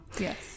yes